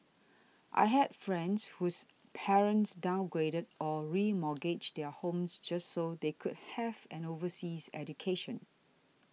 I had friends whose parents downgraded or remortgaged their homes just so they could have an overseas education